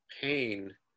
pain